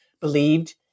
believed